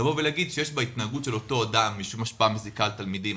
להגיד שיש בהתנהגות של אותו אדם משום השפעה מזיקה על תלמידים,